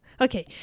okay